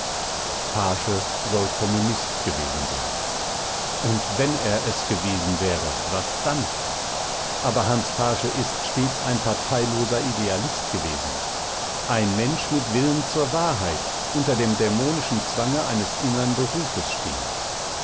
paasche soll kommunist gewesen sein und wenn er es gewesen wäre was dann aber hans paasche ist stets ein parteiloser idealist gewesen ein mensch mit willen zur wahrheit unter dem dämonischen zwange eines innern berufes stehend